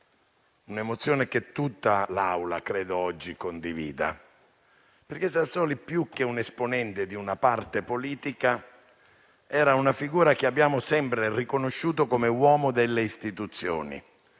un'emozione che tutta l'Assemblea credo oggi condivida. Sassoli, più che un esponente di una parte politica, infatti, era una figura che abbiamo sempre riconosciuto come uomo delle istituzioni.